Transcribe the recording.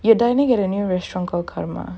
you are dining at a new restaurant called karma